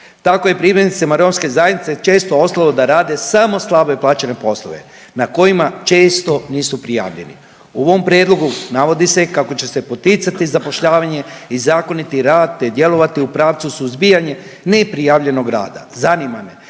se ne razumije/…zajednice često ostalo da rade samo slabo plaćene poslove na kojima često nisu prijavljeni. U ovom prijedlogu navodi se kako će se poticati zapošljavanje i zakoniti rad, te djelovati u pravcu suzbijanja neprijavljenog rada. Zanima